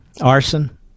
arson